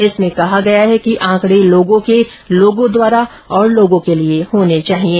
इसमें कहा गया है कि आंकड़े लोगों के लोगों द्वारा और लोगों के लिए होने चाहिएं